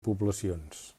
poblacions